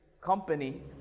company